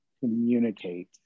communicate